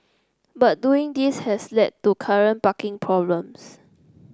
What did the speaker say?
but doing this has led to current parking problems